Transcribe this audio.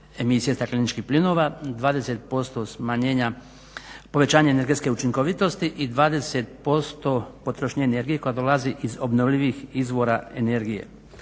emisije stakleničkih plinova, 20% smanjenja, povećanja energetske učinkovitosti i 20% potrošnje energije koja dolazi iz obnovljivih izvora energije.